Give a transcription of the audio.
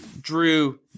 drew